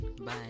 Bye